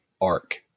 arc